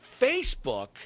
Facebook